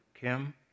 Kim